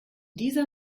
dieser